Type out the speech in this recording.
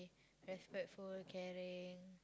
respectful caring